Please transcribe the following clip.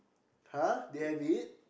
!huh! they have it